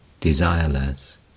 desireless